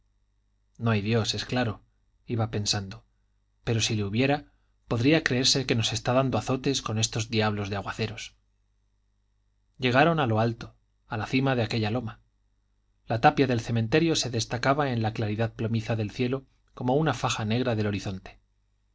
no hay dios es claro iba pensando pero si le hubiera podría creerse que nos está dando azotes con estos diablos de aguaceros llegaron a lo alto a la cima de aquella loma la tapia del cementerio se destacaba en la claridad plomiza del cielo como una faja negra del horizonte